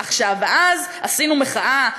עכשיו, ואז עשינו מחאה.